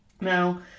Now